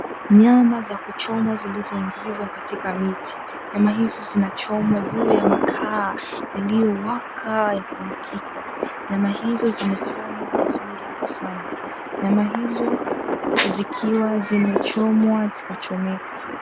Nyama za kuchomwa zilizoingizwa katika miti. Nyama hizo zinachomwa juu ya makaa yaliyowaka yakawakika. Nyama hizo zimechomwa vizuri sana, nyama hizo zikiwa zimechomwa zikachomeka.